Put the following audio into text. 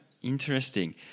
Interesting